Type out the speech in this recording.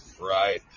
Right